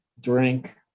drink